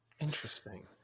Interesting